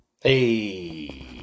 Hey